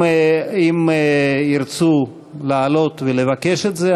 אם ירצו לעלות ולבקש את זה,